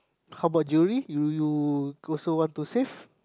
how about jewellery do you also want to save